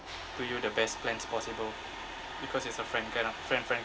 to you the best plans possible because it's a friend kind of friend friend